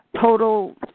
total